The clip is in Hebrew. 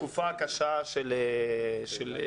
בתקופה הקשה של קורונה.